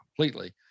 completely